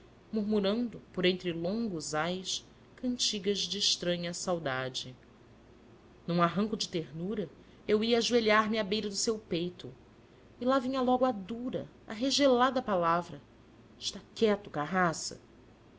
murmurando por entre longos ais cantigas de estranha saudade num arranco de ternura eu ia ajoelhar me à beira do seu peito e lá vinha logo a dura a regelada palavra está quieto carraça